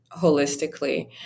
holistically